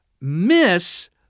miss